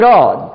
God